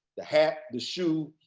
the hat, the shoe,